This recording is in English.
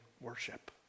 worship